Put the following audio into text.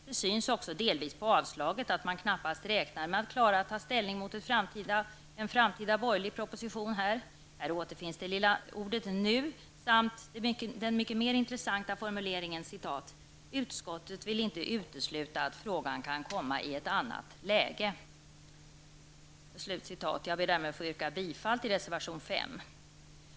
Det syns också delvis på avslaget att man knappast räknar med att klara att ta ställning emot en framtida borgerlig proposition. Här finns åter det lilla ordet nu samt den mycket mer intressanta formuleringen: ''Utskottet vill inte utesluta att frågan kan komma i ett annat läge.'' Jag ber därmed att få yrka bifall till reservation 5.